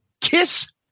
Kiss